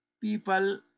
people